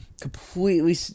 Completely